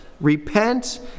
Repent